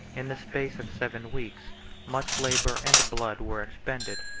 in the space of seven weeks much labor and blood were expended,